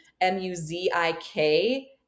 m-u-z-i-k